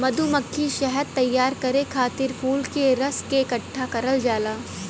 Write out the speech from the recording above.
मधुमक्खी शहद तैयार करे खातिर फूल के रस के इकठ्ठा करल जाला